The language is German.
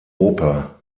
oper